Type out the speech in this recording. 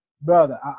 brother